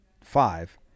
five